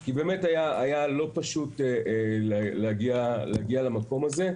כי באמת היה לא פשוט להגיע למקום הזה.